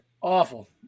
Awful